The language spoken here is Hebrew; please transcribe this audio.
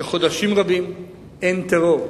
שחודשים רבים אין טרור,